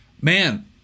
Man